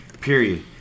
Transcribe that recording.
period